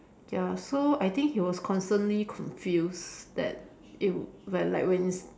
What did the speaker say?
ya so I think he was constantly confused that it like when